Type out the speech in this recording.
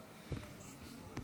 אתה מאמין?